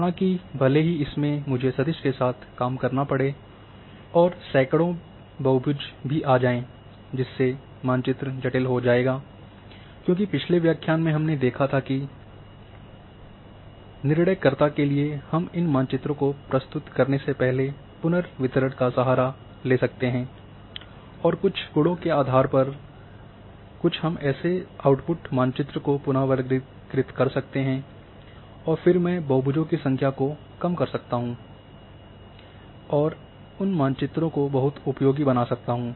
हालाँकि भले ही इसमें मुझे सदिश के साथ काम करना पड़े और सैकड़ों भी बहुभुज आ जाएंगे जिससे मानचित्र जटिल हो जाएगा क्योंकि पिछले व्याख्यान में हमने देखा था कि निर्णायकर्ता के लिए हम इन मानचित्रों को प्रस्तुत करने से पहले पुनर्वितरण का सहारा सहारा ले सकते हैं और कुछ गुणों के आधार पर कुछ हम ऐसे आउटपुट मानचित्र को पुन वर्गीकृत कर सकते हैं और फिर मैं बहुभुजों की संख्या को कम कर सकता हूँ और उन मानचित्रों को बहुत उपयोगी बना सकता हूँ